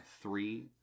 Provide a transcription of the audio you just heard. three